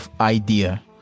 idea